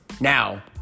Now